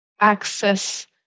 access